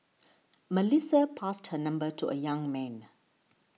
Melissa passed her number to the young man